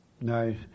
Nice